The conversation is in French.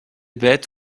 bêtes